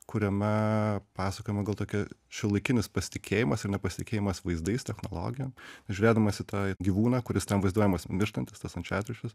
kuriame pasakojama gal tokia šiuolaikinis pasitikėjimas ir nepasitikėjimas vaizdais technologijom žiūrėdamas į tą gyvūną kuris ten vaizduojamas mirštantis tas ančiatriušis